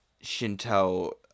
Shinto